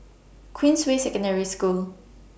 Queensway Secondary School